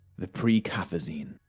the precaffazine.